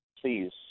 please